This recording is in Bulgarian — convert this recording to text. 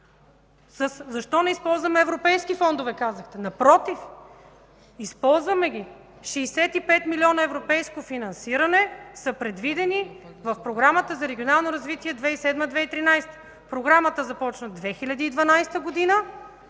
„Защо не използваме европейски фондове?”. Напротив, използваме ги. Шестдесет и пет милиона европейско финансиране са предвидени в Програмата за регионално развитие 2007 – 2013 г. Програмата започна 2012 г.